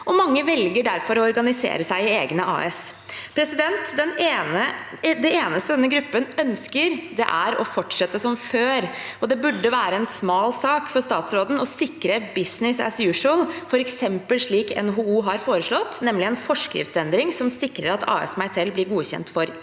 Mange velger derfor å organisere seg i egne AS. Det eneste denne gruppen ønsker, er å fortsette som før, og det burde være en smal sak for statsråden å sikre «business as usual», f.eks. slik NHO har foreslått, med en forskriftsendring som sikrer at «AS meg selv» blir godkjent for